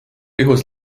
juhuse